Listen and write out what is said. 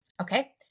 Okay